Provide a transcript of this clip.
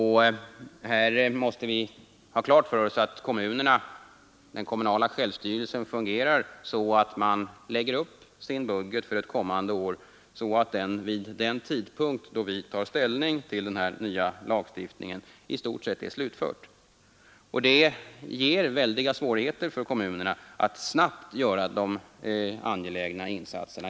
Här måste vi ha klart för oss att en kommun utarbetar sin budget för ett kommande år vid sådan tidpunkt att då vi tar ställning till den nya lagstiftningen budgeten i stort sett är fastställd. Det medför väldiga svårigheter för kommunerna att snabbt göra de insatser som är angelägna.